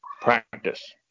practice